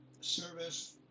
service